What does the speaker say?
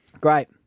Great